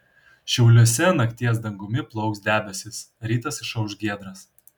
šiauliuose nakties dangumi plauks debesys rytas išauš giedras